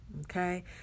okay